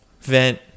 vent